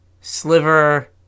Sliver